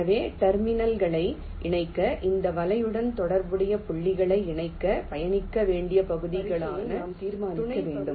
எனவே டெர்மினல்களை இணைக்க இந்த வலையுடன் தொடர்புடைய புள்ளிகளை இணைக்க பயணிக்க வேண்டிய பகுதிகளான துணை பகுதிகளின் வரிசையை நாம் தீர்மானிக்க வேண்டும்